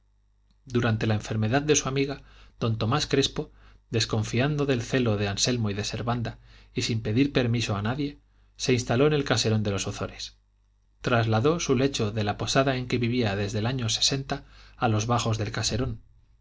durante la enfermedad de su amiga don tomás crespo desconfiando del celo de anselmo y de servanda y sin pedir permiso a nadie se instaló en el caserón de los ozores trasladó su lecho de la posada en que vivía desde el año sesenta a los bajos del caserón